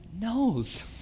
knows